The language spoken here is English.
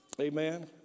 Amen